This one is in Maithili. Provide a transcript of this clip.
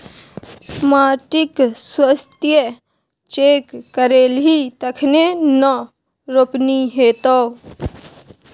माटिक स्वास्थ्य चेक करेलही तखने न रोपनी हेतौ